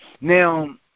Now